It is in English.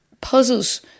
puzzles